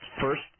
first